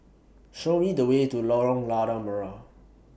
Show Me The Way to Lorong Lada Merah